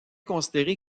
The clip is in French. considéré